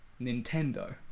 Nintendo